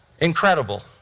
Incredible